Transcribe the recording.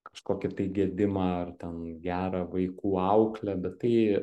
kažkokį tai gedimą ar ten gerą vaikų auklę bet tai